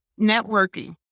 networking